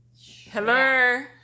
hello